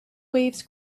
waves